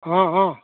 অ' অ'